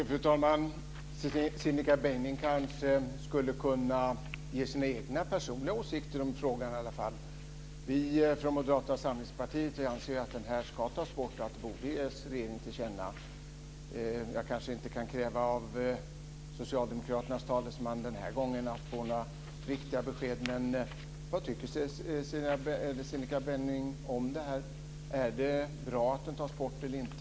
Fru talman! Cinnika Beiming skulle kanske kunna redogöra för sina personliga åsikter i frågan. Vi från Moderata samlingspartiet anser att denna regel bör tas bort, och att det borde ges regeringen till känna. Jag kanske inte kan kräva att få besked från socialdemokraternas talesman den här gången, men vad tycker Cinikka Beiming om det här? Är det bra att denna regel tas bort eller inte?